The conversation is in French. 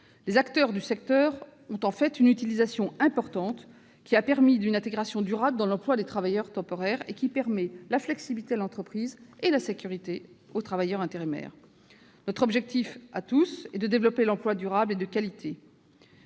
Les acteurs du secteur en ont fait une utilisation importante, qui a permis une intégration durable dans l'emploi de travailleurs temporaires et qui apporte de la flexibilité pour l'entreprise et de la sécurité aux travailleurs concernés. Notre objectif à tous est de développer l'emploi durable et de qualité.